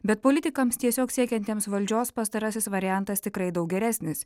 bet politikams tiesiog siekiantiems valdžios pastarasis variantas tikrai daug geresnis